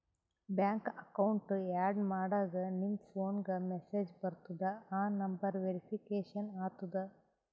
bank account add ಮಾಡಾಗ್ ನಿಮ್ ಫೋನ್ಗ ಮೆಸೇಜ್ ಬರ್ತುದ್ ಆ ನಂಬರ್ ವೇರಿಫಿಕೇಷನ್ ಆತುದ್